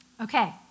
Okay